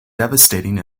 devastating